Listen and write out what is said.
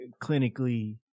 clinically